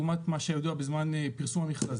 לעומת מה שידוע בפרסום המכרזים,